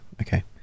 okay